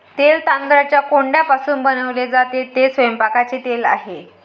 तेल तांदळाच्या कोंडापासून बनवले जाते, ते स्वयंपाकाचे तेल आहे